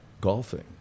golfing